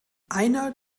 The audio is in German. einer